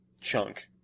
chunk